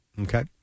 Okay